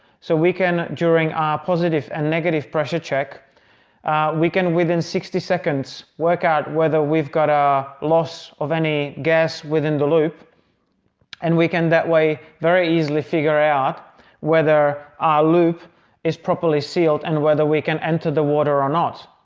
so we can during our positive and negative pressure check we can within sixty seconds work out whether we've got a loss of any gas within the loop and we can that way very easily figure out whether our loop is properly sealed and whether we can enter the water or not.